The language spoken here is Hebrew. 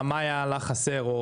מה היה לך חסר?